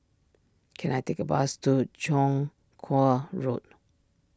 can I take a bus to Chong Kuo Road